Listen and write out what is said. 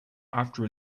after